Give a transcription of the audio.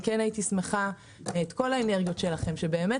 אני כן הייתי שמחה אם את כל האנרגיות שלכם שבאמת